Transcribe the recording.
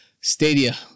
Stadia